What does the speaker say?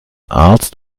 arzt